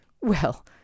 Well